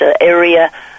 area